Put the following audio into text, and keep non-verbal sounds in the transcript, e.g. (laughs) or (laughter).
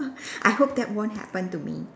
(laughs) I hope that won't happen to me